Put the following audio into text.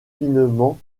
finement